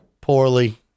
poorly